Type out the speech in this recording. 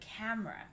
camera